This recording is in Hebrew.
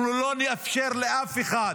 אנחנו לא נאפשר לאף אחד